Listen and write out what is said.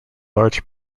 large